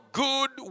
good